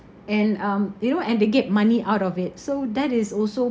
and um you know and they get money out of it so that is also